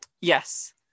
Yes